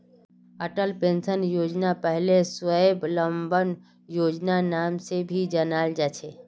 Atal pension योजनाक पहले स्वाबलंबन योजनार नाम से भी जाना जा छे